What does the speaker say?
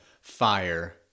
FIRE